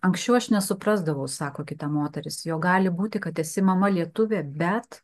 anksčiau aš nesuprasdavau sako kita moteris jog gali būti kad esi mama lietuvė bet